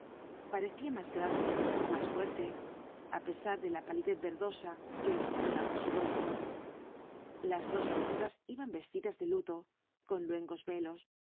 parecía más grande más fuerte á pesar de la palidez verdosa que descoloraba su rostro las dos señoras iban vestidas de luto con luenjo velos